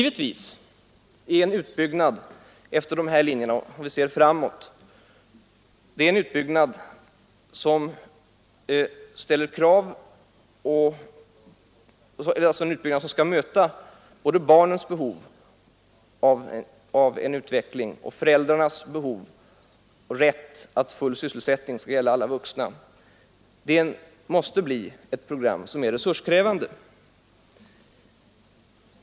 En utbyggnad efter dessa linjer skall givetvis möta både barnens behov av utveckling och föräldrarnas — varje vuxens — behov av och rätt till arbete. Ett sådant program måste bli resurskrävande.